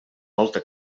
volta